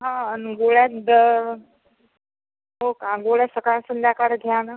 हा आणि गोळ्या द हो का गोळ्या सकाळ संध्याकाळ घ्या ना